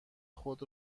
خود